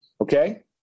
Okay